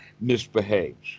misbehaves